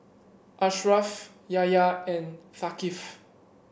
Ashraf Yahya and Thaqif